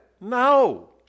No